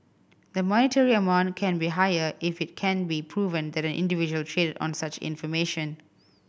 the monetary amount can be higher if it can be proven that an individual traded on such information